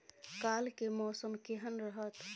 काल के मौसम केहन रहत?